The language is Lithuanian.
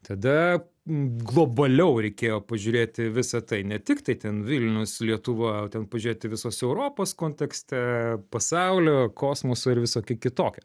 tada globaliau reikėjo pažiūrėti visa tai ne tiktai ten vilnius lietuva ten pažiūrėti visos europos kontekste pasaulio kosmoso ir visokie kitokie